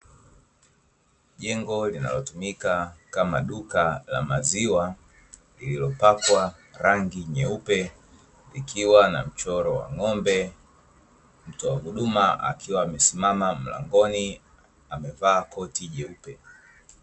Jenho linalotumika kama duka la maziwa lililopakwa rangi nyeupe likiwa na mchoro wa ng’ombe, mtoa huduma akiwa amesimama mlangoni amevaa koti jeupe.